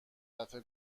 دفعه